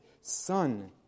Son